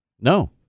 No